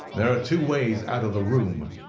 there are two ways out of the room,